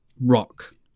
rock